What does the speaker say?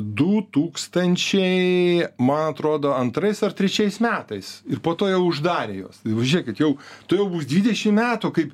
du tūkstančiai man atrodo antrais ar trečiais metais ir po to jau uždarė juos tai pažiūrėkit jau tuojau bus dvidešim metų kaip